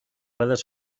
redes